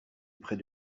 près